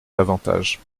davantage